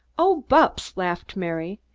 oh, bupps! laughed mary,